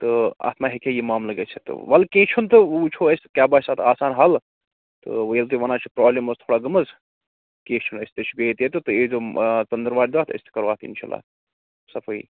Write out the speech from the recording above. تہٕ اَتھ ما ہیٚکہِ ہے یہِ معاملہٕ گٔژھِتھ تہٕ وَلہِ کیٚنٛہہ چھُنہٕ تہٕ وۅنۍ وُچھَو أسۍ کیٛاہ باسہِ اتھ آسان حَل تہٕ ییٚلہِ تُہۍ وَنان چھِو پرٛابلِم ٲس تھوڑا گٲمٕژ کیٚنٛہہ چھُنہٕ أسۍ تہِ چھِ بِہِتھ ییٚتیٚتھ تُہۍ یٖیزیٚو آ ژٔنٛدٕرۍ وارِ دۄہ تہٕ أسۍ تہِ کَرو اَتھ اِنشاء اَللّہ صفٲیی